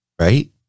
right